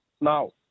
Now